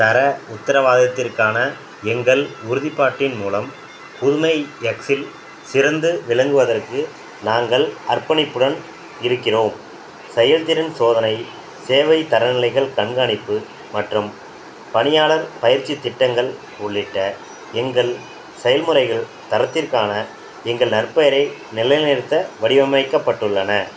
தர உத்தரவாதத்திற்கான எங்கள் உறுதிப்பாட்டின் மூலம் புதுமை எக்ஸில் சிறந்து விளங்குவதற்கு நாங்கள் அர்ப்பணிப்புடன் இருக்கிறோம் செயல்திறன் சோதனை சேவை தரநிலைகள் கண்காணிப்பு மற்றும் பணியாளர் பயிற்சித் திட்டங்கள் உள்ளிட்ட எங்கள் செயல்முறைகள் தரத்திற்கான எங்கள் நற்பெயரை நிலைநிறுத்த வடிவமைக்கப்பட்டுள்ளன